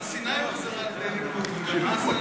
גם סיני הוחזרה על-ידי הליכוד, וגם אז,